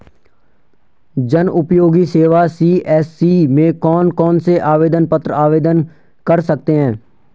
जनउपयोगी सेवा सी.एस.सी में कौन कौनसे आवेदन पत्र आवेदन कर सकते हैं?